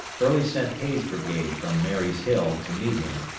early sent hays' brigade from marye's hill to meet him,